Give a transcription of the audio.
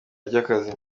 ry’akazi